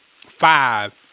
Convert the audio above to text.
five